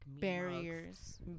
barriers